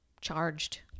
charged